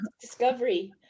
Discovery